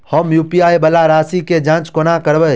हम यु.पी.आई वला राशि केँ जाँच कोना करबै?